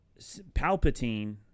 Palpatine